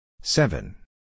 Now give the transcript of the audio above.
Seven